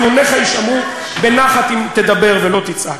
טיעוניך יישמעו בנחת אם תדבר ולא תצעק.